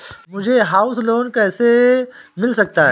मुझे house loan कैसे मिल सकता है?